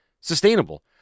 sustainable